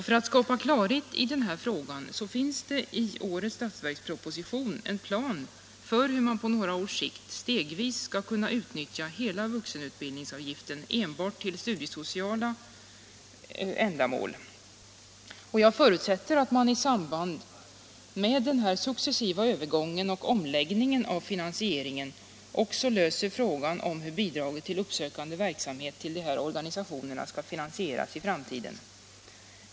För att skapa klarhet i den frågan finns det i årets budgetproposition en plan för hur man på några års sikt stegvis skall kunna utnyttja vuxenutbildningsavgiften enbart till studiesociala ändamål. Jag förutsätter att man i samband med den successiva övergången och omläggningen av finansieringen också löser frågan om hur bidraget till dessa organisationers uppsökande verksamhet skall finansieras i framtiden.